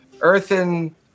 Earthen